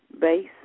base